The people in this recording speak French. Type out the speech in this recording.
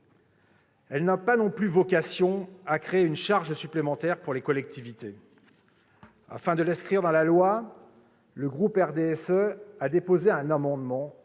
Elle n'a pas non plus vocation à créer une charge supplémentaire pour les collectivités. Afin de l'inscrire dans la loi, le groupe du RDSE a déposé un amendement